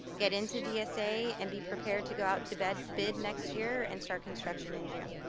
get into dsa and be prepared to go out to bid bid next year and start construction in june.